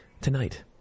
tonight